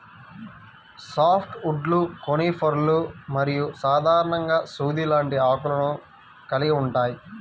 soft వుడ్లు కోనిఫర్లు మరియు సాధారణంగా సూది లాంటి ఆకులను కలిగి ఉంటాయి